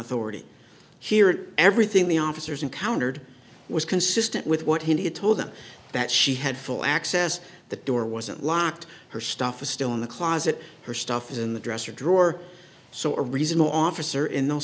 authority here everything the officers encountered was consistent with what he told them that she had full access the door wasn't locked her stuff is still in the closet her stuff is in the dresser drawer so a reasonable officer in those